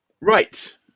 Right